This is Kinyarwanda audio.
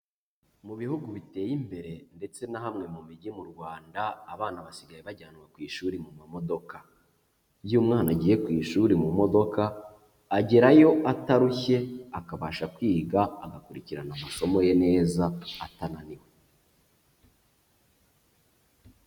Mu bihugu biteye imbere ndetse na hamwe mu mijyi mu Rwanda abana basigaye bajyanwa ku ishuri mu mamodoka. Iyo umwana agiye ku ishuri mu modoka agerayo atarushye, akabasha kwiga, agakurikirana amasomo ye neza atananiwe.